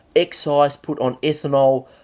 excise put on ethanol,